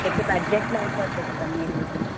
with బడ్జెట్లో అయిపోద్ది కదా మీరు అయితే